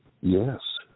Yes